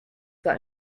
that